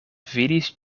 vidis